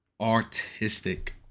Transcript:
Artistic